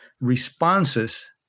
responses